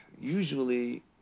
Usually